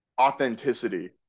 authenticity